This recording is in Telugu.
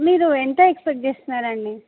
మీరు ఎంత ఎక్స్పెక్ట్ చేస్తున్నారు అండి